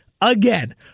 again